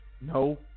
no